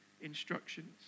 instructions